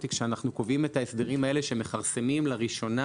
כשקובעים את ההסדרים האלה שמכרסמים לראשונה